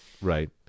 Right